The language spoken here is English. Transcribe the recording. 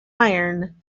iron